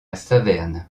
saverne